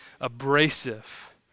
abrasive